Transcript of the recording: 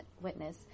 witness